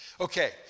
Okay